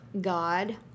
God